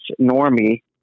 normie